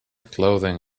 clothing